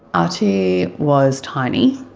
archie was tiny.